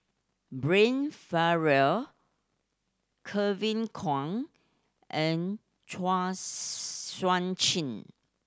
Brian Farrell Kevin Kwan and Chua Sian Chin